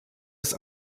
das